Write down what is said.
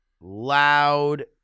loud